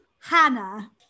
hannah